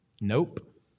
nope